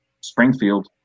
springfield